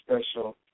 special